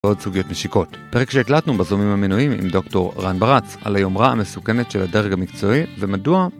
ועוד סוגיות משיקות. פרק שהקלטנו בזומים המנויים עם דר׳ רן ברץ על היומרה המסוכנת של הדרג המקצועי ומדוע